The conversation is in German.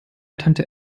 tante